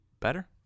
better